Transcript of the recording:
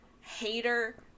hater